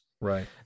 Right